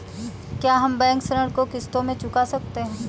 क्या हम बैंक ऋण को किश्तों में चुका सकते हैं?